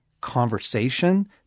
conversation